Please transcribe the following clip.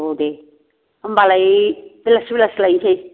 औ दे होनबालाय बेलासे बेलासि लायनोसै